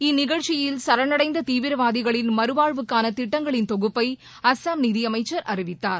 இந்நிகழ்ச்சியில் சரணடைந்த தீவிரவாதிகளின் மறுவாழ்வுக்கான திட்டங்களின் தொகுப்பை அசாம் நிதியமைச்சா் அறிவித்தார்